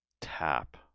TAP